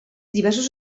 diversos